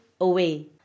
away